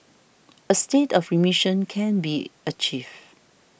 a state of remission can be achieved